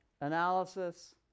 analysis